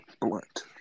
Blunt